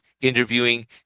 interviewing